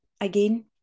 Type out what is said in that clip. again